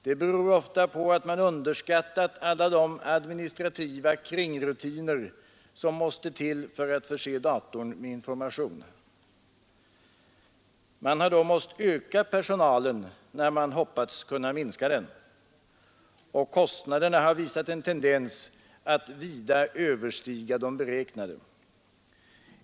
Det beror ofta på att man underskattat alla de administrativa kringrutiner som måste till för att förse datorn med information. Man har då måst öka personalen, när man hoppats kunna minska den. Och kostnaderna har visat en tendens att vida överstiga de beräknade.